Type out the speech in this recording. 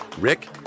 Rick